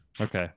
Okay